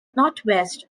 northwest